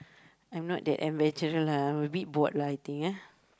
I am not that adventurous lah I am a bit bored lah I think ah